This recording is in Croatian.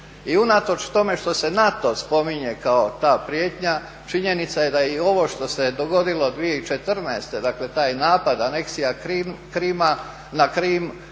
I unatoč tome što se NATO spominje kao ta prijetnja činjenica je da i ovo što se je dogodilo 2014. dakle taj napad aneksija Krima je